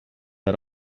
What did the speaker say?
are